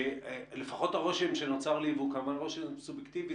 שלפחות הרושם שנוצר לי והוא כמובן רושם סובייקטיבי,